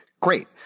great